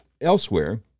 elsewhere